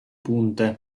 punte